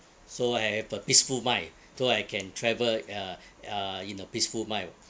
so I have a peaceful mind so I can travel uh uh in a peaceful mind